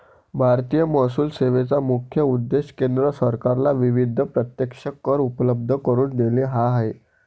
भारतीय महसूल सेवेचा मुख्य उद्देश केंद्र सरकारला विविध प्रत्यक्ष कर उपलब्ध करून देणे हा आहे